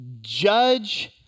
judge